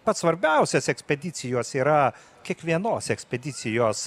pats svarbiausias ekspedicijos yra kiekvienos ekspedicijos